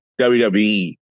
WWE